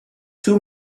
two